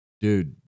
Dude